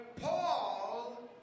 Paul